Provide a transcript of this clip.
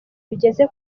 bigeze